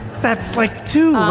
that's like two,